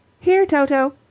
here, toto!